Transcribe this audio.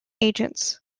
agents